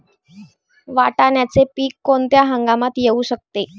वाटाण्याचे पीक कोणत्या हंगामात येऊ शकते?